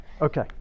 Okay